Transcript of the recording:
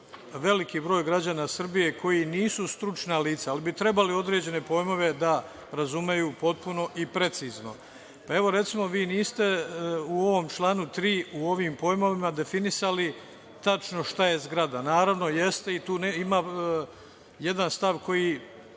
veliki broj građana Srbije koji nisu stručna lica, ali bi trebali određene pojmove da razumeju potpuno i precizno. Evo, recimo, vi niste u ovom članu 3. u ovim pojmovima definisali tačno šta je zgrada. Naravno, jeste, i tu ima jedan stav koji